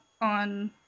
on